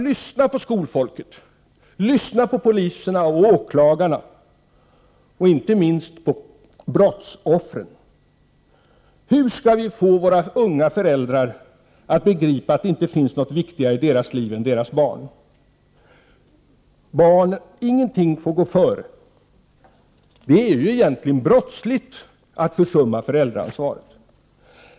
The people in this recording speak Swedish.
Lyssna på skolfolket! Lyssna också på polisen, 81 åklagarna och inte minst på brottsoffren! Hur skall vi få våra unga föräldrar att begripa att det inte finns något viktigare i deras liv än deras barn? Ingenting får gå före. Det är egentligen indirekt brottsligt att försumma föräldraansvaret.